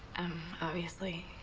obviously,